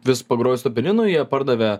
vis pagroju su tuo pianinu jie pardavė